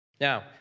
Now